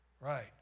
Right